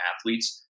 athletes